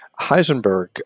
Heisenberg